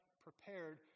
prepared